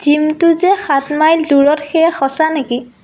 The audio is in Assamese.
জিমটো যে সাত মাইল দূৰত সেইয়া সঁচা নেকি